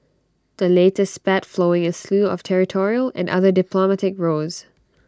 the latest spat flowing A slew of territorial and other diplomatic rows